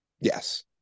Yes